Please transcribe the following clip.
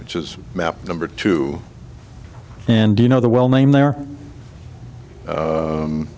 which is map number two and you know the well name there